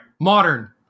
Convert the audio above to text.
Modern